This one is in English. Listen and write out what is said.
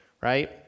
right